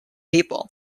people